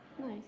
Nice